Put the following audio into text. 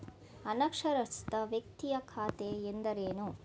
ಅನಕ್ಷರಸ್ಥ ವ್ಯಕ್ತಿಯ ಖಾತೆ ಎಂದರೇನು?